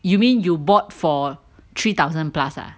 you mean you bought for three thousand plus ah